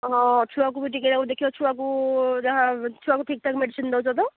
ହଁ ଛୁଆକୁ ବି ଟିକିଏ ତାକୁ ଦେଖିବ ଛୁଆକୁ ଯାହା ଛୁଆକୁ ଠିକ୍ ଠାକ୍ ମେଡ଼ିସିନ୍ ଦେଉଛ ତ